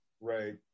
right